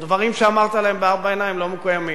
או דברים שאמרת להם בארבע עיניים לא מקוימים.